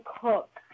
Cook